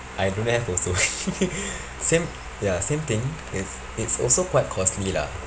I don't have also same ya same thing it it's also quite costly lah